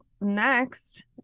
next